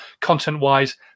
content-wise